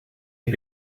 had